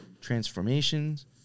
transformations